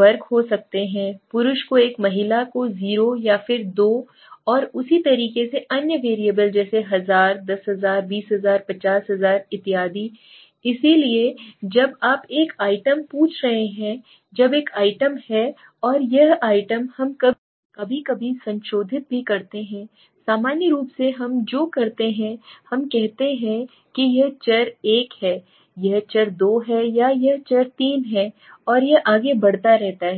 वर्ग हो सकते हैं पुरुष को एक महिला को जीरो या फिर 2 और उसी तरीके से अन्य वेरिएबल जैसे 1000 10000 20000 50000 इत्यादि इसलिए जब आप एक आइटम पूछ रहे हैं जब एक आइटम है और यह आइटम हम कभी कभी संशोधित भी करते हैं सामान्य रूप से हम जो करते हैं हम कहते हैं कि यह चर 1 है यह चर 2 है यह चर 3 है और यह आगे बढ़ता है